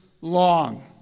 long